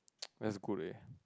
that's good eh